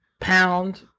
Pound